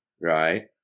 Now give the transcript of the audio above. right